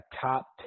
top